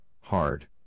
hard